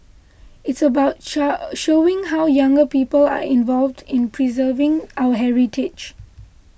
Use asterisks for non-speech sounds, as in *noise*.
it's about *hesitation* showing how younger people are involved in preserving our heritage